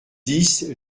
dix